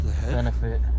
benefit